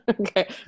Okay